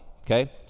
okay